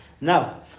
Now